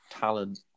talent